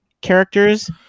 characters